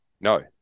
No